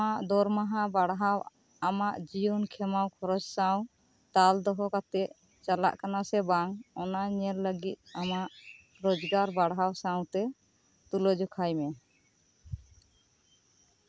ᱚᱱᱟ ᱛᱟᱭᱚᱢ ᱟᱢᱟᱜ ᱫᱚᱨᱢᱟᱦᱟ ᱵᱟᱲᱟᱣ ᱟᱢᱟᱜ ᱡᱤᱭᱚᱱ ᱠᱷᱮᱢᱟᱣ ᱠᱷᱚᱨᱚᱪ ᱥᱟᱶ ᱛᱟᱞ ᱫᱚᱦᱚ ᱠᱟᱛᱮᱫ ᱪᱟᱞᱟᱜ ᱠᱟᱱᱟ ᱥᱮ ᱵᱟᱝ ᱚᱱᱟ ᱧᱮᱞ ᱞᱟᱹᱜᱤᱫ ᱟᱢᱟᱜ ᱨᱳᱡᱽᱜᱟᱨ ᱵᱟᱲᱦᱟᱣ ᱥᱟᱶᱛᱮ ᱛᱩᱞᱟᱹ ᱡᱚᱠᱷᱟᱭ ᱢᱮ